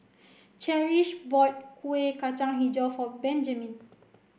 Cherish bought Kueh Kacang Hijau for Benjiman